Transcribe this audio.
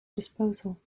disposal